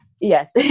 Yes